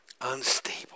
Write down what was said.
Unstable